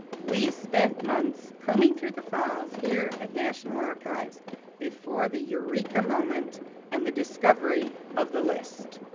we spent months combing through the files here at national archives before the eureka moment and the discovery of the list.